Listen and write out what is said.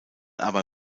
aber